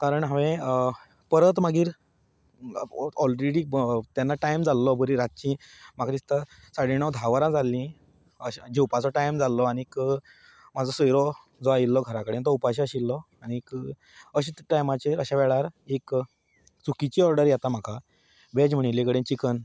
कारण हांवें परत मागीर ऑलरेडी तेन्ना टायम जाल्लो बरी रातची म्हाका दिसता साडे णव धा वरां जाल्लीं अशें जेवपाचो टायम जाल्लो आनी म्हजो सयरो जो आयिल्लो घरा कडेन तो उपाशी आशिल्लो आनी अशा टायमाचेर अशा वेळार एक चुकीची ऑर्डर येता म्हाका वॅज म्हणिल्ले कडेन चिकन